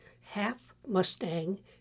half-mustang